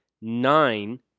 nine